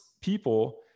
people